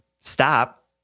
stop